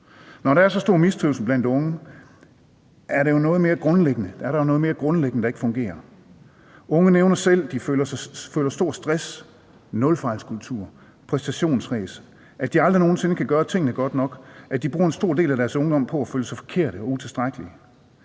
Når der er så stor mistrivsel blandt unge, er der jo noget mere grundlæggende, der ikke fungerer. Unge nævner selv, at de føler stor stress, nulfejlskultur, præstationsræs, at de aldrig nogen sinde kan gøre tingene godt nok, at de bruger en stor del af deres ungdom på at føle sig forkerte og utilstrækkelige.